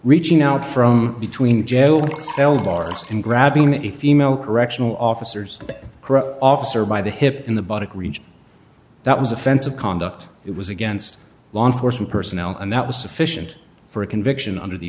reaching out from between jail cell bars and grabbing a female correctional officers officer by the hip in the buttocks region that was offensive conduct it was against law enforcement personnel and that was sufficient for a conviction under the